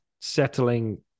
settling